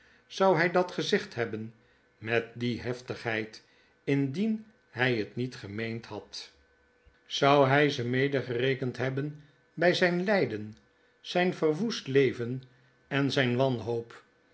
zou hij dat gezegd hebben met die hevigheid indien hij het niet gemeend had zou hij ze medegerekend hebben bij zijn lijden zijn verwoest leven en zijn wani